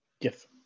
yes